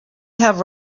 have